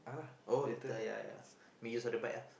uh later ya ya we use for the back ah